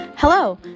Hello